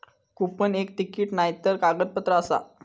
coupon एक ticket नायतर कागदपत्र आसा